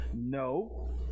no